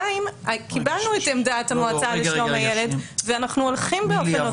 קיבלנו את עמדת המועצה לשלום הילד ואנחנו הולכים באופן אוטומטי.